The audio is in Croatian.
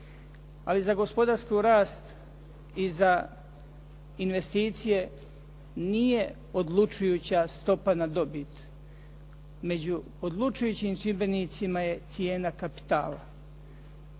Ali za gospodarski rast i za investicije nije odlučujuća stopa na dobit. Među odlučujućim čimbenicima je cijena kapitala,